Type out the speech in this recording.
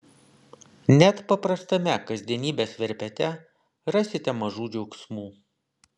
net paprastame kasdienybės verpete rasite mažų džiaugsmų